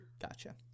Gotcha